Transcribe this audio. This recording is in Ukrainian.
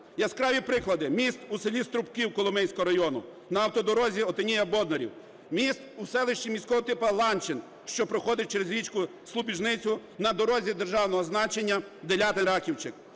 Яскраві приклади. Міст у селі Струпків Коломийського району на автодорозі Отинія-Бондарів, міст у селищі міського типу Ланчин, що проходить через річку Слубіжницю на дорозі державного значення Делятин-Раківчик,